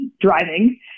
driving